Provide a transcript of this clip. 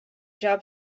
job